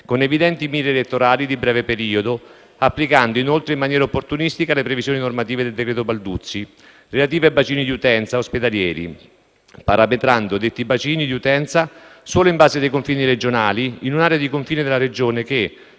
con evidenti mire elettorali di breve periodo. Essa applica, inoltre, in maniera opportunistica le previsioni normative del decreto Balduzzi, relative ai bacini di utenza ospedalieri, parametrando detti bacini di utenza, solo in base ai confini regionali, in un'area di confine della Regione che,